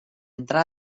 entrar